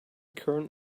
current